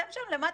אתם שם למטה,